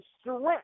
strength